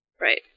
Right